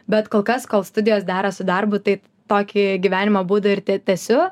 bet kol kas kol studijos dera su darbu tai tokį gyvenimo būdą ir tęsiu